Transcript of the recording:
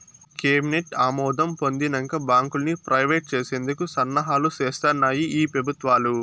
cabinet ఆమోదం పొందినంక బాంకుల్ని ప్రైవేట్ చేసేందుకు సన్నాహాలు సేస్తాన్నాయి ఈ పెబుత్వాలు